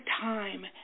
time